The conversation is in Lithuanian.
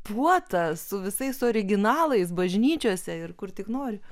puotą su visais originalais bažnyčiose ir kur tik nori